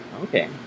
Okay